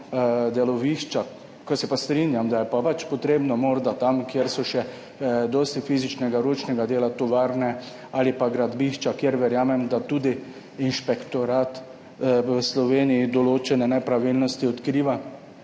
delovišča, kjer se pa strinjam, da je potrebno morda tam, kjer je še dosti fizičnega, ročnega dela v tovarnah ali pa na gradbiščih, kjer verjamem, da tudi inšpektorat v Sloveniji odkriva določene nepravilnosti, je pa